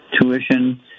tuition